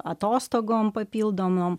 atostogom papildomom